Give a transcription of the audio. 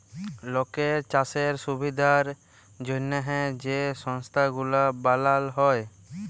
লকের চাষের সুবিধার জ্যনহে যে সংস্থা গুলা বালাল হ্যয়